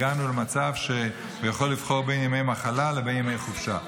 הגענו למצב שהוא יכול לבחור בין ימי מחלה לבין ימי חופשה.